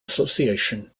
association